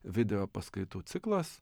videopaskaitų ciklas